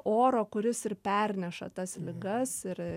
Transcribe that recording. oro kuris ir perneša tas ligas ir